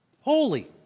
holy